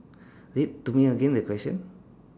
read to me again the question